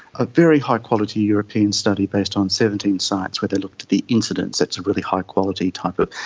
a very high quality european study based on seventeen sites where they looked at the incidence, it's a really high quality type of,